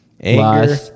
Anger